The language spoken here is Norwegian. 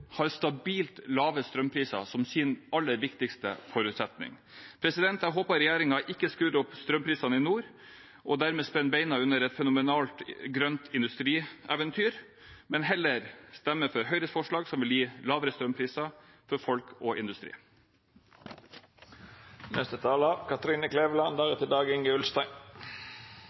har stabilt lave strømpriser som sin aller viktigste forutsetning. Jeg håper regjeringen ikke skrur opp strømprisene i nord og dermed spenner bena under et fenomenalt grønt industrieventyr, men heller stemmer for Høyres forslag, som vil gi lavere strømpriser for folk og